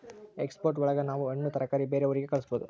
export ಒಳಗ ನಾವ್ ಹಣ್ಣು ತರಕಾರಿ ಬೇರೆ ಊರಿಗೆ ಕಳಸ್ಬೋದು